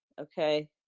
okay